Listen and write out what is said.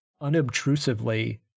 unobtrusively